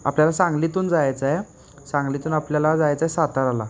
आपल्याला सांगलीतून जायचं आहे सांगलीतून आपल्याला जायचं आहे साताराला